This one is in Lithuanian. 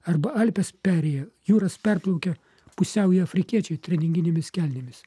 arba alpes perėję jūras perplaukę pusiaują afrikiečiai treninginėmis kelnėmis